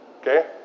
Okay